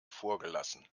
vorgelassen